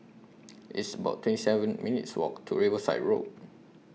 It's about twenty seven minutes' Walk to Riverside Road